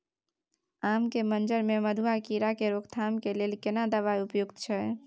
आम के मंजर में मधुआ कीरा के रोकथाम के लेल केना दवाई उपयुक्त छै?